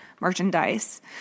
merchandise